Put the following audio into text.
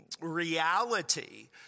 reality